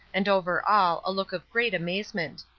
and over all a look of great amazement.